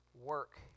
work